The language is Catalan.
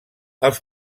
els